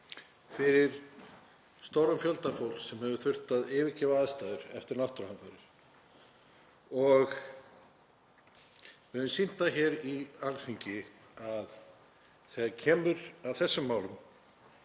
fyrir stóran fjölda fólks sem hefur þurft að yfirgefa aðstæður eftir náttúruhamfarir. Við höfum sýnt það hér á Alþingi að þegar kemur að þessum málum